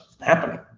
happening